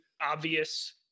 obvious